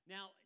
Now